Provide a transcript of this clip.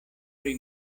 pri